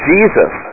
Jesus